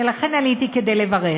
ולכן עליתי לברך.